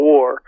War